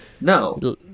No